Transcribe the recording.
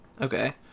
Okay